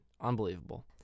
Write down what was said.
unbelievable